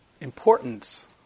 importance